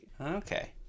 Okay